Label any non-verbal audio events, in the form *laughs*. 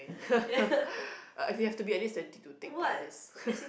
*laughs* uh you have to be at least twenty to take part in this